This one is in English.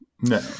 no